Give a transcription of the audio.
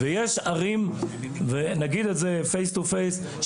ויש ערים ונגיד את זה פייס טו פייס,